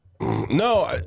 No